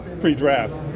pre-draft